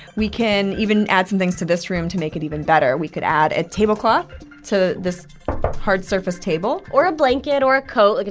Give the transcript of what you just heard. we can even add some things to this room to make it even better. we could add a tablecloth to this hard surface table or a blanket or a coat. like